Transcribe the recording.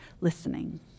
listening